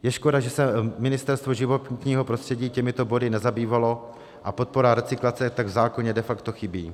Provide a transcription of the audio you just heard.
Je škoda, že se Ministerstvo životního prostředí těmito body nezabývalo a podpora recyklace tak v zákoně de facto chybí.